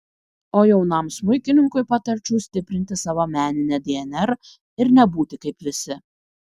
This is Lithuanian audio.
o jaunam smuikininkui patarčiau stiprinti savo meninę dnr ir nebūti kaip visi